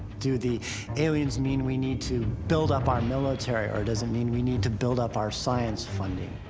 do the aliens mean we need to build up our military, or does it mean we need to build up our science funding?